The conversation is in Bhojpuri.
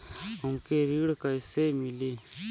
हमके ऋण कईसे मिली?